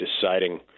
deciding